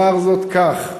אומר זאת כך: